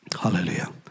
Hallelujah